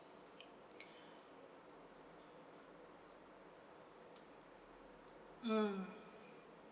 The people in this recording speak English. mm